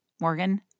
Morgan